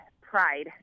pride